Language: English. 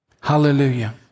Hallelujah